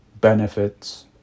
benefits